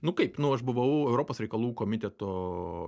nu kaip nu aš buvau europos reikalų komiteto